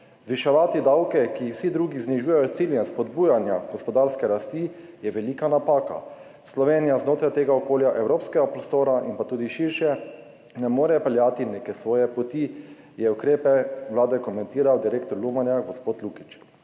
»Zviševati davke, ko jih vsi drugi znižujejo s ciljem spodbujanja gospodarske rasti, je velika napaka. Slovenija znotraj tega okolja evropskega prostora in pa tudi širše ne more peljati neke svoje poti,« je ukrepe Vlade komentiral direktor Lumarja gospod Lukić.